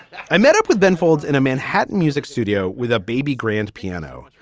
i met up with ben folds in a manhattan music studio with a baby grand piano,